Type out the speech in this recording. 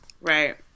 Right